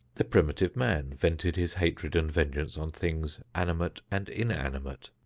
the primitive man vented his hatred and vengeance on things animate and inanimate.